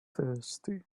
thirsty